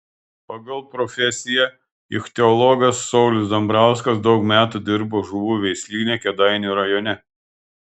pagal profesiją ichtiologas saulius dambrauskas daug metų dirbo žuvų veislyne kėdainių rajone